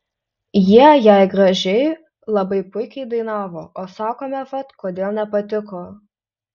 jie jei gražiai labai puikiai dainavo o sakome vat kodėl nepatiko